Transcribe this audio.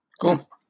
Cool